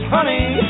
Honey